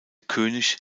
könig